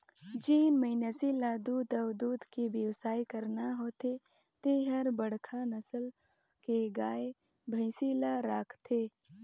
जेन मइनसे ल दूद अउ दूद के बेवसाय करना होथे ते हर बड़खा नसल के गाय, भइसी ल राखथे